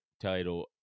title